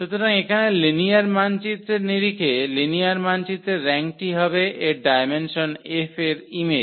সুতরাং এখানে লিনিয়ার মানচিত্রের নিরিখে লিনিয়ার মানচিত্রের র্যাঙ্কটি হবে এর ডায়মেনসন F এর ইমেজ